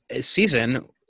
season